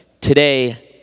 today